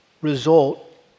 result